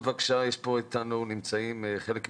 נמצאים איתנו חלק מהסטודנטים,